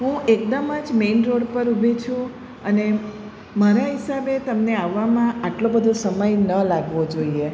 હું એકદમ જ મેન રોડ પર ઊભી છું અને મારા હિસાબે તમને આવવામાં આટલો બધો સમય ન લાગવો જોઈએ